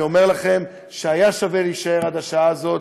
אני אומר לכם שהיה שווה להישאר עד השעה הזאת